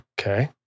Okay